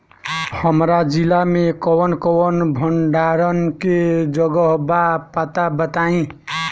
हमरा जिला मे कवन कवन भंडारन के जगहबा पता बताईं?